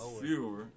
fewer